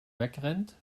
wegrennt